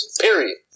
Period